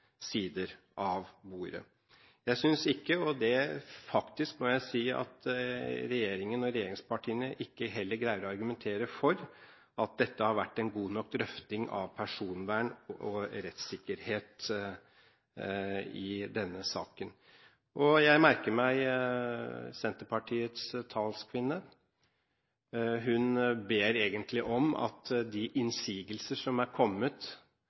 sider av bordet. Jeg synes ikke, og det må jeg si at regjeringen og regjeringspartiene heller ikke greier å argumentere for, at det har vært en god nok drøfting av personvern og rettssikkerhet i denne saken. Jeg merker meg Senterpartiets talskvinne. Hun ber egentlig om at de innsigelser som er kommet,